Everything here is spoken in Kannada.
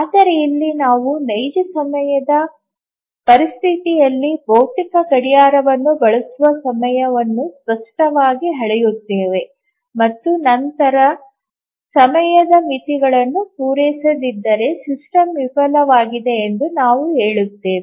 ಆದರೆ ಇಲ್ಲಿ ನಾವು ನೈಜ ಸಮಯದ ಪರಿಸ್ಥಿತಿಯಲ್ಲಿ ಭೌತಿಕ ಗಡಿಯಾರವನ್ನು ಬಳಸುವ ಸಮಯವನ್ನು ಸ್ಪಷ್ಟವಾಗಿ ಅಳೆಯುತ್ತೇವೆ ಮತ್ತು ನಂತರ ಸಮಯದ ಮಿತಿಗಳನ್ನು ಪೂರೈಸದಿದ್ದರೆ ಸಿಸ್ಟಮ್ ವಿಫಲವಾಗಿದೆ ಎಂದು ನಾವು ಹೇಳುತ್ತೇವೆ